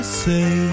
say